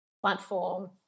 platform